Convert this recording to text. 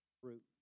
fruit